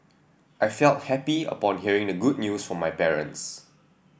I felt happy upon hearing the good news from my parents